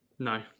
No